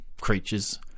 creatures